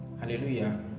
Hallelujah